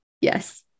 yes